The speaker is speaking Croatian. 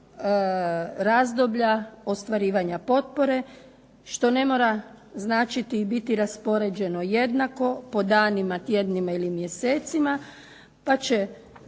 razdoblja ostvarivanja potpore što ne mora značiti i biti raspoređeno jednako po danima, tjednima ili mjesecima, pa će